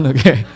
Okay